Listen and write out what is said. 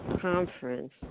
conference